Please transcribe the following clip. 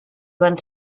van